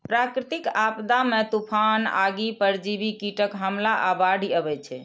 प्राकृतिक आपदा मे तूफान, आगि, परजीवी कीटक हमला आ बाढ़ि अबै छै